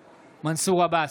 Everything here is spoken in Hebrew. עבאס,